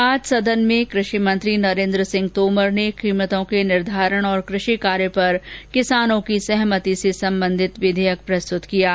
आज सदन में कृषि मंत्री नरेन्द्र सिंह तोमर ने कीमतों के निर्धारण और कृषि कार्य पर किसानों की सहमति से संबंधित विधेयक प्रस्तुत किया गया